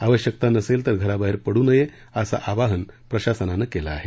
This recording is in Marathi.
आवश्यकता नसेल तर घराबाहेर पडू नये असं आवाहन प्रशासनानं केलं आहे